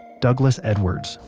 douglas edwards,